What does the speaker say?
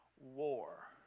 war